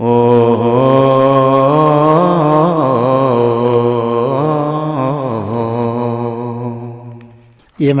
oh yeah